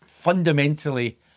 Fundamentally